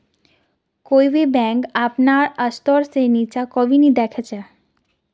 कोई भी बैंक अपनार स्तर से नीचा कभी नी दख छे